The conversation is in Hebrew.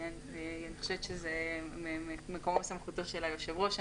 זה מקומו וסמכותו של היושב-ראש.